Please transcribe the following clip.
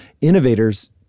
innovators